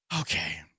Okay